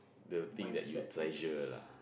the thing that you treasure lah